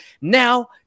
Now